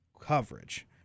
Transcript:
Coverage